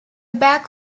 back